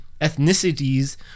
ethnicities